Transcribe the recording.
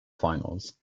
finals